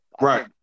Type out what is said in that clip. Right